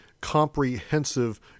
comprehensive